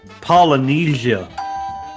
Polynesia